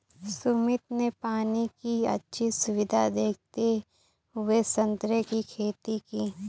सुमित ने पानी की अच्छी सुविधा देखते हुए संतरे की खेती की